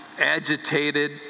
agitated